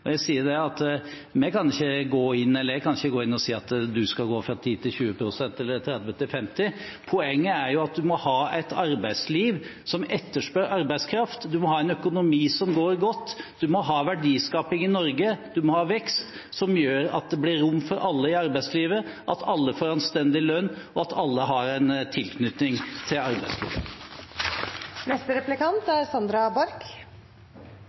arbeidslivet. Jeg kan ikke gå inn og si at du skal gå fra 10 til 20 pst., eller fra 30 til 50. Poenget er jo at man må ha et arbeidsliv som etterspør arbeidskraft, man må ha en økonomi som går godt, man må ha verdiskaping i Norge, man må ha vekst – som gjør at det blir rom for alle i arbeidslivet, at alle får anstendig lønn, og at alle har en tilknytning til